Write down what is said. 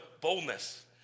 boldness